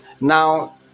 Now